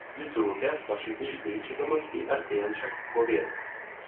jis rūkė pašaipiai žvilgčiodamas į artėjančią govėdą